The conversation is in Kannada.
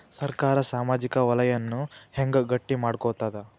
ಸರ್ಕಾರಾ ಸಾಮಾಜಿಕ ವಲಯನ್ನ ಹೆಂಗ್ ಗಟ್ಟಿ ಮಾಡ್ಕೋತದ?